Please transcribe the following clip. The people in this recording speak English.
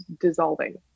dissolving